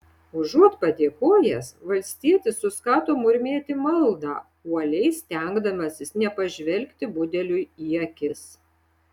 užuot padėkojęs valstietis suskato murmėti maldą uoliai stengdamasis nepažvelgti budeliui į akis